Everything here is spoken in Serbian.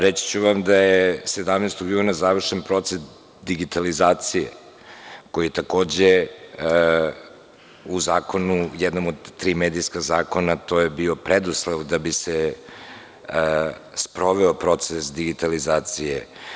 Reći ću vam da je 17. juna završen proces digitalizacije, koji je takođe u zakonu, jednom od tri medijska zakona, to je bio preduslov da bi se sproveo proces digitalizacije.